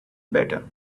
better